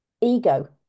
ego